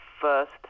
first